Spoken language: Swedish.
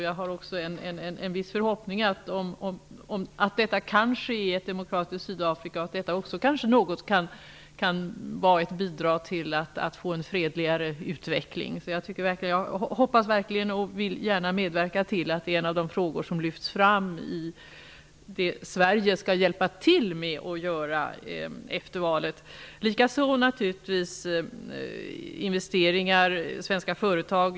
Jag har också en viss förhoppning att detta kan ske i ett demokratiskt Sydafrika och att det kanske också något kan vara ett bidrag till att få en fredligare utveckling. Jag hoppas verkligen, och vill gärna medverka till, att det är en av de frågor som lyfts fram och som Sverige kan hjälpa till med efter valet. Detta gäller likaså investeringar från svenska företag.